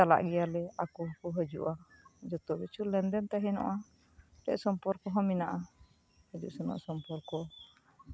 ᱪᱟᱞᱟᱜ ᱜᱮᱭᱟᱞᱮ ᱟᱨᱠᱚ ᱦᱤᱡᱩᱜᱼᱟ ᱡᱚᱛᱚ ᱠᱤᱪᱷᱩ ᱞᱮᱱᱫᱮᱱ ᱛᱟᱦᱮᱱᱚᱜᱼᱟ ᱥᱚᱢᱯᱚᱨᱠᱚ ᱦᱚᱸ ᱢᱮᱱᱟᱜᱼᱟ ᱦᱤᱡᱩᱜ ᱥᱮᱱᱚᱜ ᱥᱚᱢᱯᱚᱨᱠᱚ